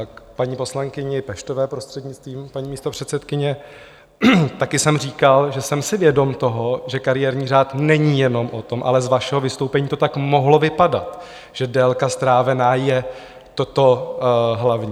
K paní poslankyni Peštové, prostřednictvím paní místopředsedkyně: taky jsem říkal, že jsem si vědom toho, že kariérní řád není jenom o tom, ale z vašeho vystoupení to tak mohlo vypadat, že délka strávená je to hlavní.